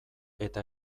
eta